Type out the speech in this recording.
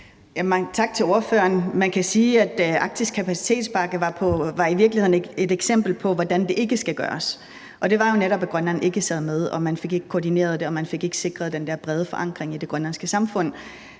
tak til ordføreren. Man kan sige, at Arktis Kapacitetspakke i virkeligheden var et eksempel på, hvordan det ikke skal gøres, og det var jo netop, at Grønland ikke sad med, at man ikke fik koordineret det, og at man ikke fik sikret den brede forankring i det grønlandske samfund.